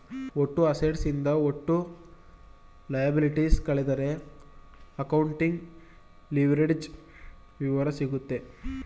ಒಟ್ಟು ಅಸೆಟ್ಸ್ ನಿಂದ ಒಟ್ಟು ಲಯಬಲಿಟೀಸ್ ಕಳೆದರೆ ಅಕೌಂಟಿಂಗ್ ಲಿವರೇಜ್ಡ್ ವಿವರ ಸಿಗುತ್ತದೆ